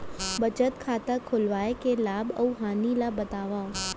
बचत खाता खोलवाय के लाभ अऊ हानि ला बतावव?